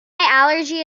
allergy